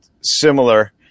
similar